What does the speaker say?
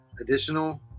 additional